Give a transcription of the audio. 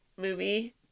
movie